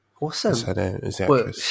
Awesome